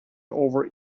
over